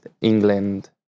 england